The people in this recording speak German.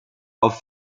auf